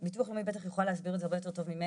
ביטוח לאומי בטח יוכל להסביר את זה הרבה יותר טוב ממני,